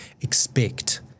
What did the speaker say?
expect